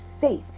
safe